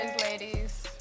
ladies